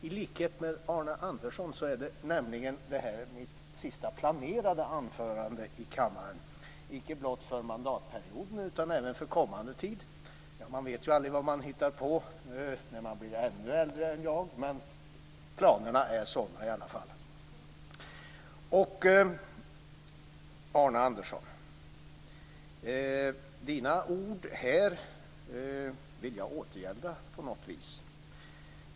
I likhet med Arne Andersson håller jag nu nämligen mitt sista planerade anförande i kammaren, icke blott för mandatperioden utan även för kommande tid. Visserligen vet man aldrig vad man hittar på när man blir ännu äldre, men sådana är i alla fall planerna. Jag vill gärna återgälda Arne Anderssons ord på något vis.